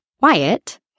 Wyatt